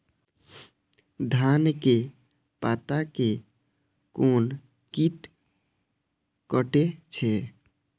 धान के पत्ता के कोन कीट कटे छे?